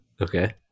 Okay